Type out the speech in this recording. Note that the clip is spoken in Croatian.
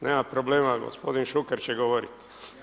Nema problema, gospodin Šuker, će govoriti.